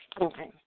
Okay